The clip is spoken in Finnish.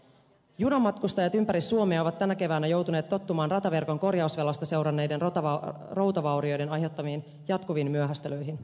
junamatkustajat ympäri suomea ovat tänä keväänä joutuneet tottumaan rataverkon korjausvelasta seuranneiden routavaurioiden aiheuttamiin jatkuviin myöhästelyihin